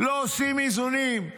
לא עושים איזונים.